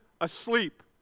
asleep